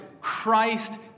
Christ